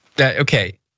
Okay